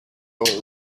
old